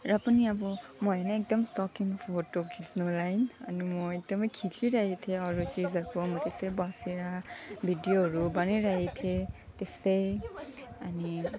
र पनि अब म होइन एकदम सोखिन फोटो खिच्नुको लागि अनि म एकदमै खिचिराखेको थिएँ अरू त्यसै बसेर भिडियोहरू बनाइरहेको थिएँ त्यसै अनि